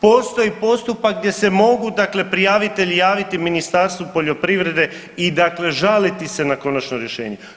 Postoji postupak gdje se mogu, dakle prijavitelji javiti Ministarstvu poljoprivrede i dakle žaliti se na konačno rješenje.